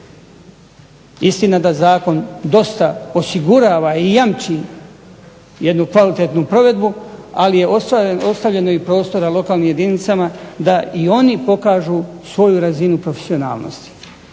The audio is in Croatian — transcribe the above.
Istina da zakon dosta osigurava i jamči jednu kvalitetnu provedbu, ali je ostavljeno prostora i lokalnim jedinicama, da i oni pokažu razinu svoje profesionalnosti.